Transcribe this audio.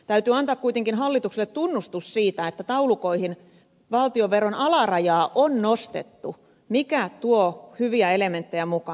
täytyy antaa kuitenkin hallitukselle tunnustus siitä että taulukoihin valtionveron alarajaa on nostettu mikä tuo hyviä elementtejä mukaan